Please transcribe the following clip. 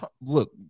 look